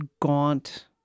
gaunt